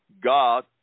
God